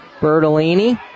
Bertolini